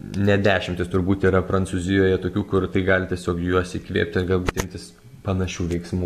ne dešimtys turbūt yra prancūzijoje tokių kur tai gali tiesiog juos įkvėpti ir galbūt imtis panašių veiksmų